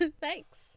Thanks